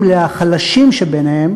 חייבים לדאוג לחלשים שביניהם